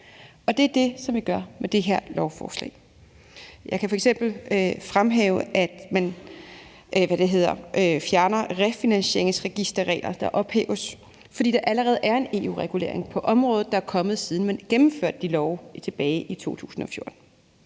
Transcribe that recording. ét. Det er det, som vi gør med det her lovforslag. Jeg kan f.eks. fremhæve, at man fjerner refinansieringsregisterregler. De ophæves, fordi der er kommet en EU-regulering på området, siden man vedtog de love tilbage i 2014.